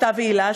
סתיו והילה,